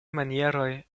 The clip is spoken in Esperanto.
manieroj